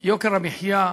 יוקר המחיה,